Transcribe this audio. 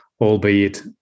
albeit